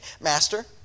Master